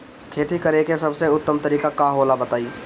खेती करे के सबसे उत्तम तरीका का होला बताई?